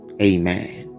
amen